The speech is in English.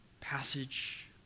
passage